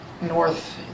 north